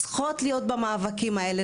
צריכות להיות במאבקים האלה,